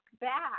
back